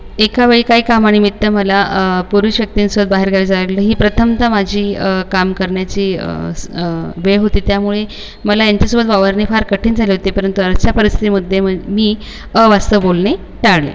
एका वेळी काही कामानिमित्त मला पुरुष व्यक्तींसोबत बाहेरगावी जावं लागलं ही प्रथमतः माझी काम करण्याची वेळ होती त्यामुळे मला यांच्यासोबत वावरणे फार कठीण झाले होते परंतु अशा परिस्थितीमध्ये मी अवास्तव बोलणे टाळले